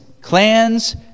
clans